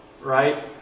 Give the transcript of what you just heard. right